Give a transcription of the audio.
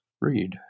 read